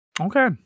Okay